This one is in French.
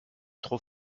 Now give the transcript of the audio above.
trop